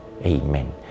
Amen